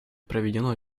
проведено